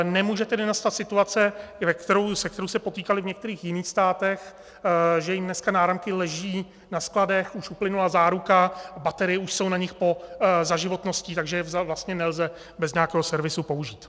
Nemůže tedy nastat situaci, se kterou se potýkali v některých jiných státech, že jim dneska náramky leží na skladech, už uplynula záruka a baterie už jsou na nich za životností, takže je vlastně nelze bez nějakého servisu použít.